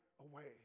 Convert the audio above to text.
away